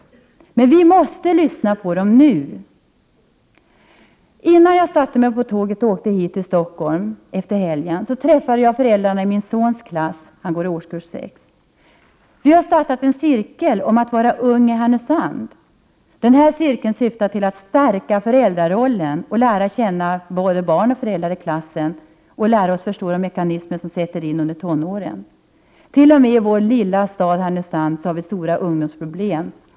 Nu måste vi emellertid lyssna till dem. Innan jag satte mig på tåget efter helgen och åkte till Stockholm träffade jag föräldrarna till barnen i min sons klass — han går i årskurs 6. Vi föräldrar har startat en cirkel om hur det är att vara ung i Härnösand. Denna cirkel syftar till att stärka föräldrarollen, lära känna såväl barn som föräldrar i klassen och lära oss förstå de mekanismer som styr under tonåren. Även i vår lilla stad, Härnösand, finns det stora ungdomsproblem.